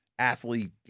athlete